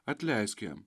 atleisk jam